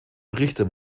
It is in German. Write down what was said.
trichter